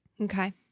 Okay